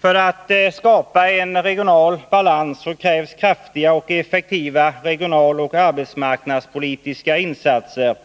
För att skapa en regional balans krävs kraftiga och effektiva regionalpolitiska och arbetsmarknadspolitiska insatser.